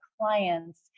clients